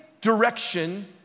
direction